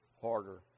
harder